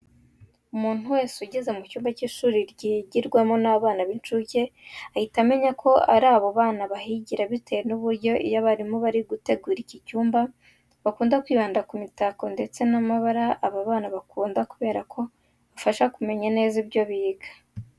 Umuntu wese ugeze mu cyumba cy'ishuri ryigirwamo n'abana b'incuke ahita amenya ko ari abo bana bahigira bitewe n'uburyo iyo abarimu bari gutegura iki cyumba bakunda kwibanda ku mitako ndetse n'amabara aba bana bakunda kubera ko abafasha kumenya neza ibyo biga.